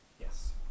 Yes